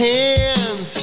hands